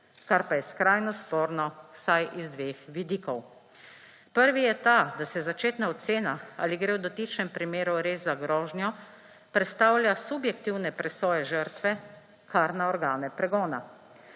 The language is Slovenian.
kar pa je skrajno sporno vsaj z dveh vidikov. Prvi je ta, da začetna ocena, ali gre v dotičnem primeru res za grožnjo, prestavlja subjektivne presoje žrtve kar na organe pregona.